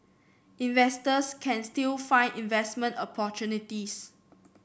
investors can still find investment opportunities